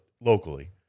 locally